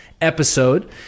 episode